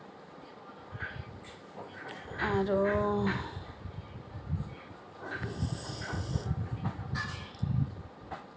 আৰু